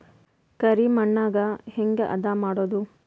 ಕರಿ ಮಣ್ಣಗೆ ಹೇಗೆ ಹದಾ ಮಾಡುದು?